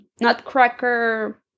nutcracker